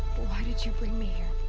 why did you bring me here?